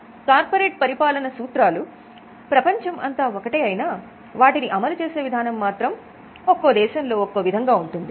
corporate పరిపాలన సూత్రాలు ప్రపంచం అంతా ఒకటే అయినా వాటిని అమలు చేసే విధానం మాత్రం ఒక్కో దేశంలో ఒక్కో విధంగా ఉంటుంది